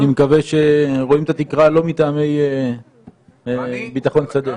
אני מקווה שרואים את התקרה לא מטעמי ביטחון שדה.